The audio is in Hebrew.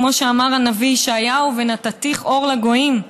כפי שאמר הנביא ישעיהו: "ונתתיך אור לגויים".